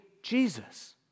Jesus